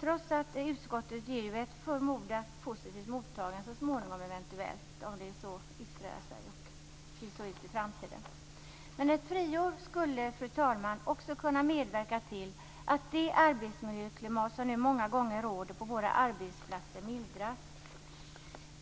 trots att utskottet eventuellt ger detta ett positivt mottagande någon gång i framtiden. Fru talman! Ett friår skulle också kunna medföra att det arbetsmiljöklimat som nu många gånger råder på våra arbetsplatser mildras.